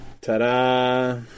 Ta-da